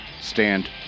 Stand